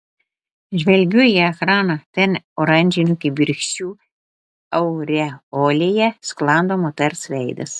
žvelgiu į ekraną ten oranžinių kibirkščių aureolėje sklando moters veidas